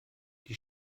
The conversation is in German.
die